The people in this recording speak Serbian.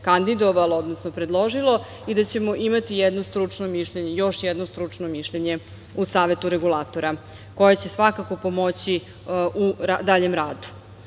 kandidovalo, odnosno predložilo i da ćemo imati još jedno stručno mišljenje u Savetu regulatora koje će svakako pomoći u daljem radu. Ja